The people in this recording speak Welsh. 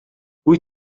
wyt